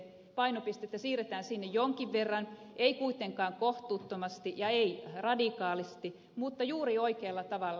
painopistettä siirretään sinne jonkin verran ei kuitenkaan kohtuuttomasti eikä radikaalisti mutta juuri oikealla tavalla